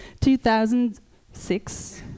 2006